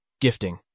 Gifting